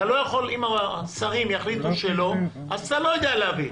אם השרים יחליטו שלא, אז אתה לא יודע להביא.